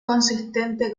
consistente